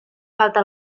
falta